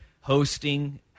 hosting